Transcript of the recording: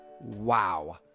Wow